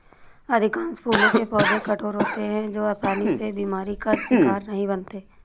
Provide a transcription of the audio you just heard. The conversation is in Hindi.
अधिकांश फूलों के पौधे कठोर होते हैं जो आसानी से बीमारी का शिकार नहीं बनते